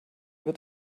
wird